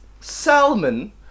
Salmon